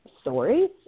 stories